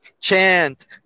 chant